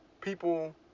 people